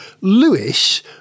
Lewis